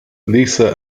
lisa